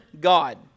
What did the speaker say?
God